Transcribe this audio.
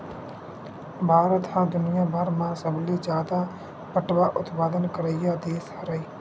भारत ह दुनियाभर म सबले जादा पटवा उत्पादन करइया देस हरय